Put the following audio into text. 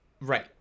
right